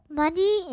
money